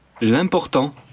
l'important